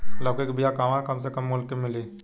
लौकी के बिया कहवा से कम से कम मूल्य मे मिली?